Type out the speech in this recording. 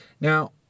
Now